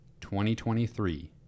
2023